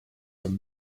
from